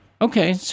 Okay